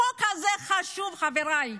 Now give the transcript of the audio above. החוק הזה חשוב, חבריי.